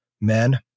men